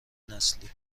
نسلی